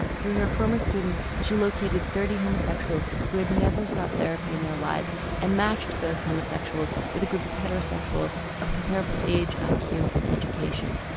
through her former student she located thirty homosexuals who had never sought therapy in their lives and matched those homosexuals with a group of heterosexuals of comparable age, like iq, and education.